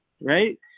Right